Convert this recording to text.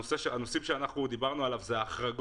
הנושא שדיברנו עליו זה ההחרגות.